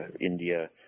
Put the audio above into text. India